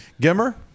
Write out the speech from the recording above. Gimmer